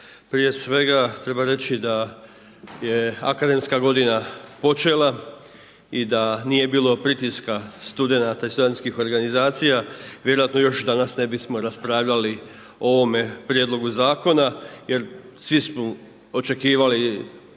Prije svega treba reći da je akademska godina počela i da nije bilo pritiska studenata i studentskih organizacija vjerojatno još danas ne bismo raspravljali o ovome prijedlogu zakona jer svi smo očekivali